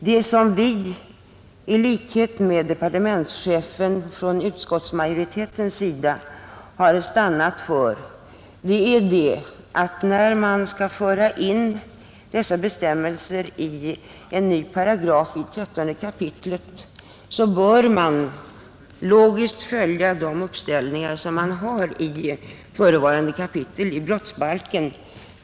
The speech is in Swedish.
Vi inom utskottsmajoriteten har, i likhet med departementschefen, stannat för att man, när man skall föra in dessa bestämmelser som en ny paragraf i 13 kap., logiskt bör följa de uppställningar som finns i förevarande kapitel av brottsbalken.